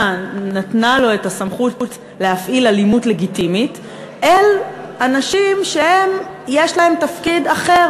נתנה לו את הסמכות להפעיל אלימות לגיטימית לאנשים שיש להם תפקיד אחר,